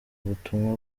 ubutumwa